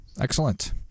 excellent